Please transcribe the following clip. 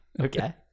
okay